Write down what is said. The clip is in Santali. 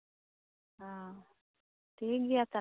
ᱦᱩᱸ ᱴᱷᱤᱠ ᱜᱮᱭᱟ ᱛᱟᱦᱞᱮ